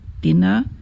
dinner